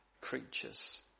creatures